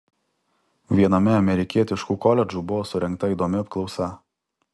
viename amerikietiškų koledžų buvo surengta įdomi apklausa